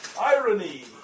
Irony